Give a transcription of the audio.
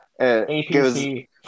APC